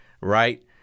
right